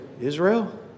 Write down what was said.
Israel